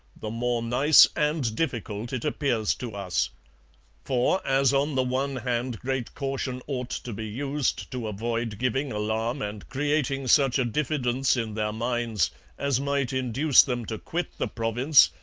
the more nice and difficult it appears to us for, as on the one hand great caution ought to be used to avoid giving alarm and creating such a diffidence in their minds as might induce them to quit the province,